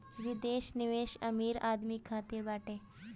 विदेश निवेश अमीर आदमी खातिर बाटे